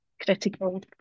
critical